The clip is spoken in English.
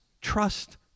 trust